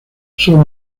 son